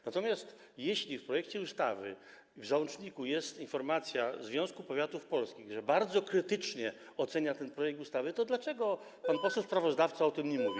Natomiast jeśli w projekcie ustawy, w załączniku jest informacja Związku Powiatów Polskich, że bardzo krytycznie ocenia ten projekt ustawy, to dlaczego pan poseł sprawozdawca o tym nie mówi?